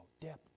Depth